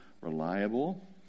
reliable